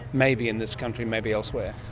maybe in this country, maybe elsewhere?